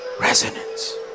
Resonance